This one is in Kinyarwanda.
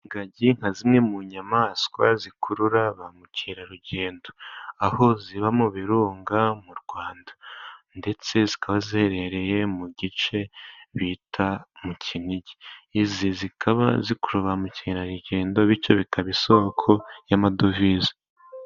Ingagi nka zimwe mu nyamaswa zikurura ba mukerarugendo aho ziba mu birunga mu Rwanda ndetse zikaba ziherereye mu gice bita mu Kinigi. Izi zikaba zikurura ba mukerarugendo bityo bikaba isoko y'amadovize.